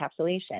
encapsulation